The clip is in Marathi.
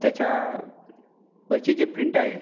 त्याच्यावरची जे प्रिंट आहे